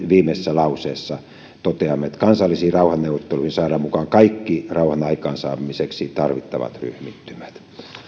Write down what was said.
viimeisessä lauseessa toteamme että vakauttamisen aikaansaamiseksi kansallisiin rauhanneuvotteluihin saadaan mukaan kaikki rauhan aikaansaamiseksi tarvittavat ryhmittymät